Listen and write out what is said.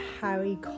Harry